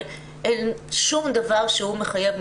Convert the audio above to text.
אבל אין שום דבר שמחייב.